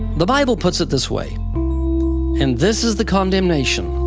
the bible puts it this way and this is the condemnation,